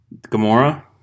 Gamora